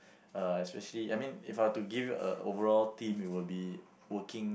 uh especially I mean if I were to give a overall theme it will be working